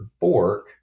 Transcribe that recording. Bork